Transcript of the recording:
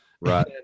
Right